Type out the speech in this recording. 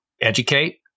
educate